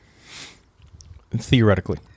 theoretically